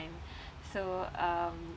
time so um